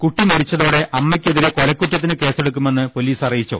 കുട്ടി മരിച്ചതോടെ അമ്മ യ്ക്കെതിരെ കൊലക്കുറ്റത്തിന് കേസെടുക്കുമെന്ന് പൊലീസ് അറി യിച്ചു